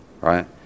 Right